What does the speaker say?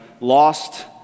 lost